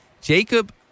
Jacob